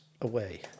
away